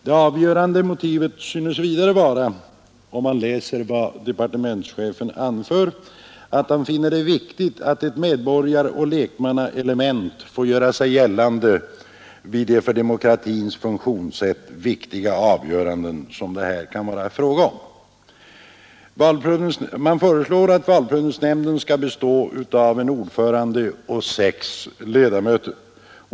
Det avgörande motivet synes vara, om man läser vad departementschefen anför i propositionen, att han finner det viktigt att ett medborgar och lekmannaelement får göra sig gällande vid de för demokratins funktionssätt viktiga avgöranden som det här kan vara fråga om. Man föreslår att valprövningsnämnden skall bestå av en ordförande och sex ledamöter.